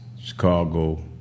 Chicago